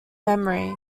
memory